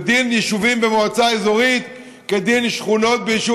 דין יישובים במועצה אזורית כדין שכונות ביישוב